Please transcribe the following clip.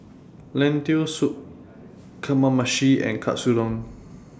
Lentil Soup Kamameshi and Katsudon